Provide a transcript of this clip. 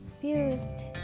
confused